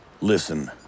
Listen